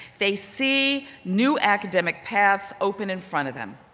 they see new academic paths open in front of them,